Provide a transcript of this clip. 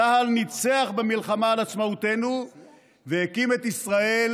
צה"ל ניצח במלחמה על עצמאותנו והקים את ישראל,